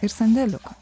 ir sandėliuką